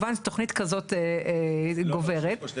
ואנשים כבר לא גרים שם.